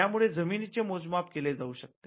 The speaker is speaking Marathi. त्यामुळे जमिनीचे मोजमाप केले जाऊ शकते